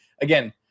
again